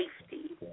safety